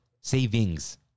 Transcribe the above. savings